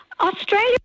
Australia